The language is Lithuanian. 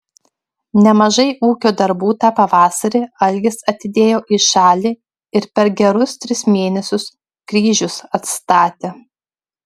nemažai ūkio darbų tą pavasarį algis atidėjo į šalį ir per gerus tris mėnesius kryžius atstatė